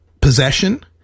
possession